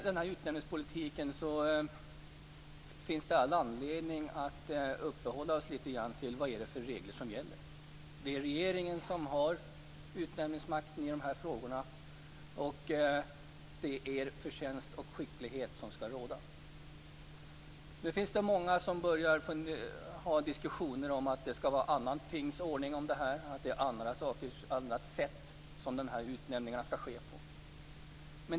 Det är Det finns all anledning att uppehålla oss litet grand vid vilka regler som gäller i utnämningspolitiken. Det är regeringen som har utnämningsmakten i frågorna. Det är förtjänst och skicklighet som skall råda. Nu finns det många som diskuterar att det skall vara en annan tingens ordning. Det skall vara ett annat sätt som utnämningarna skall ske på.